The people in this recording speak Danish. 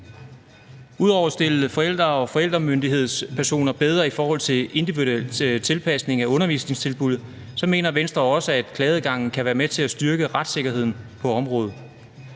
Ud over at det stiller forældre og forældremyndighedspersoner bedre i forhold til en individuel tilpasning af undervisningstilbud, mener Venstre også, at klageadgangen kan være med til at styrke retssikkerheden på området.